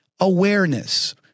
awareness